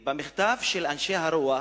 במכתב של תשעת אנשי הרוח,